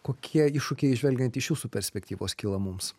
kokie iššūkiai žvelgiant iš jūsų perspektyvos kyla mums